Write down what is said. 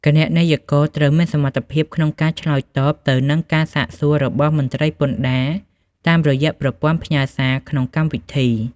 គណនេយ្យករត្រូវមានសមត្ថភាពក្នុងការឆ្លើយតបទៅនឹងការសាកសួររបស់មន្ត្រីពន្ធដារ តាមរយៈប្រព័ន្ធផ្ញើសារក្នុងកម្មវិធី។